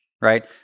right